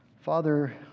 Father